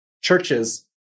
churches